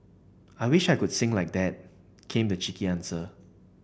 I wish I could sing like that came the cheeky answer